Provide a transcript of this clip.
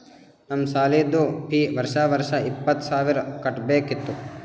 ನಮ್ದು ಸಾಲಿದು ಫೀ ವರ್ಷಾ ವರ್ಷಾ ಇಪ್ಪತ್ತ ಸಾವಿರ್ ಕಟ್ಬೇಕ ಇತ್ತು